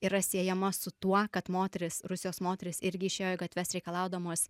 yra siejama su tuo kad moterys rusijos moterys irgi išėjo į gatves reikalaudamos